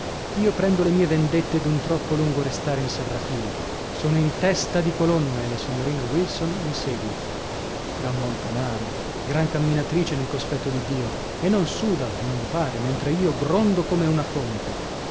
io prendo le mie vendette d'un troppo lungo restare in serrafila sono in testa di colonna e la signorina wilson mi segue gran montanara gran camminatrice nel cospetto di dio e non suda o non pare mentre io grondo come una fonte